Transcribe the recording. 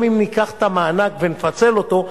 גם אם ניקח את המענק ונפצל אותו,